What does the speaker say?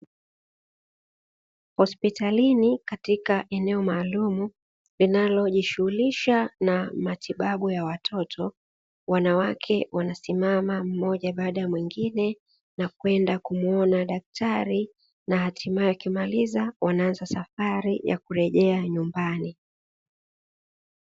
Hospitalini katika eneo maalumu linalojishughulisha na matibabu ya watoto, wanawake wanasimama mmoja baada ya mwingine na kwenda kumuona daktari, na hatimaye akimaliza wanaanza safari ya kurejea nyumbani.